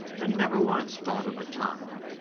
and never once thought of the time.